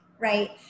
Right